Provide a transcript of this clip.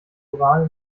uran